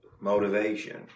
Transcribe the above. motivation